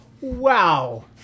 Wow